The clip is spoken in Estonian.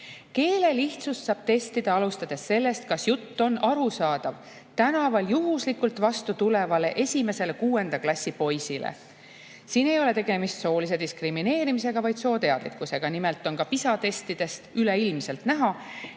Keelelihtsust saab testida alustades sellest, kas jutt on arusaadav esimesele tänaval juhuslikult vastu tulnud kuuenda klassi poisile. Siin ei ole tegemist soolise diskrimineerimisega, vaid sooteadlikkusega. Nimelt on ka PISA testides üleilmselt näha,